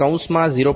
5 0